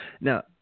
Now